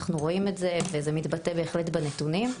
אנחנו רואים את זה וזה מתבטא בהחלט בנתונים.